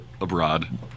abroad